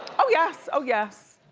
oh yes, oh yes.